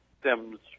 stems